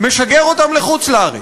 משגר אותם לחוץ-לארץ.